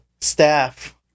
staff